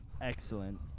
excellent